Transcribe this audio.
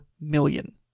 million